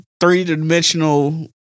three-dimensional